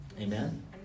Amen